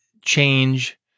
change